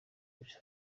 miss